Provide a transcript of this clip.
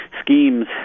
Schemes